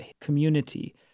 community